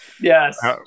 Yes